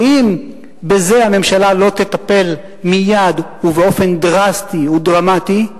ואם בזה הממשלה לא תטפל מייד ובאופן דרסטי ודרמטי,